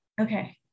Okay